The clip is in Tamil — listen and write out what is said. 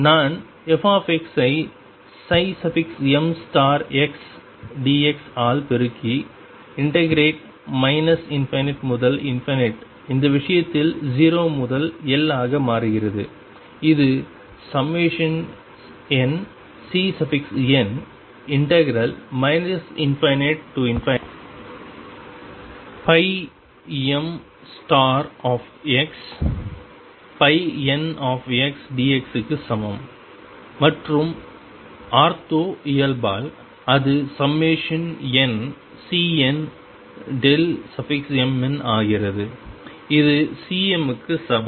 நான் f ஐ mdx ஆல் பெருக்கி இன்டர்கிரேட் ∞ முதல் இந்த விஷயத்தில் 0 முதல் L ஆக மாறுகிறது இது nCn ∞mxndx க்கு சமம் மற்றும் ஆர்த்தோ இயல்பால் இது nCnmn ஆகிறது இது Cm க்கு சமம்